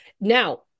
Now